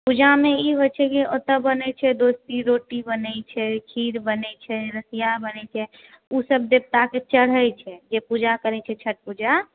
पूजा मे ई होइ छै की ओतए बनै छै दूधकी रोटी बनै छै खीर बनै छै रसिया बनै छै ओ सब देवता के चढ़ै छै जे पूजा करै छै छठि पूजा